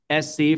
SC